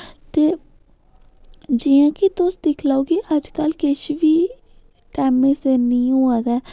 ते जियां कि तुस दिक्खी लैओ कि अज्जकल किश बी टेमै सिर नेईं होआ दा ऐ